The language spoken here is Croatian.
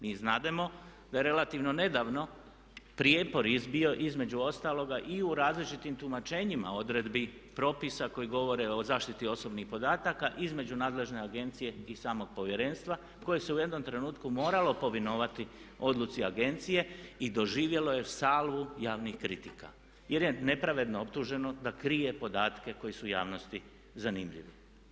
Mi znademo da je relativno nedavno prijepor izbio između ostaloga i u različitim tumačenjima odredbi propisa koji govore o zaštiti osobnih podataka između nadležne agencije i samog Povjerenstva koje se u jednom trenutku moralo povinovati odluci Agencije i doživjelo je salvu javnih kritika jer je nepravedno optuženo da krije podatke koji su javnosti zanimljivi.